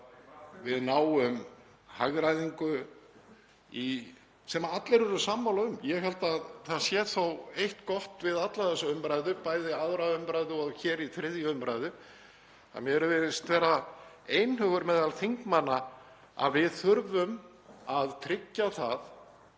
við náum hagræðingu sem allir eru sammála um? Ég held að það sé þó eitt gott við alla þessa umræðu, bæði við 2. umræðu og hér í 3. umræðu, að mér virðist vera einhugur meðal þingmanna um að við þurfum að tryggja það